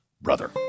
brother